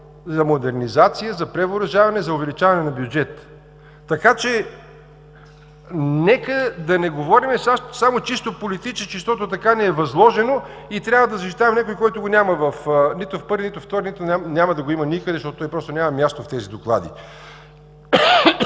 за модернизация, за превъоръжаване, за увеличаване на бюджета. Така че, нека да се говорим само чисто политически, защото така ни е възложено и трябва да защитаваме някой който го няма нито в първия, нито във втория, нито няма да го има никъде, защото той просто няма място в тези доклади.